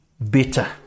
better